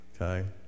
okay